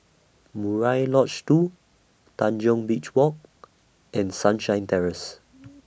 Murai Lodge two Tanjong Beach Walk and Sunshine Terrace